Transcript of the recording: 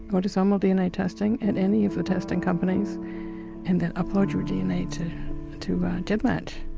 autosomal dna testing, at any of the testing companies and then upload your dna to to gedmatch.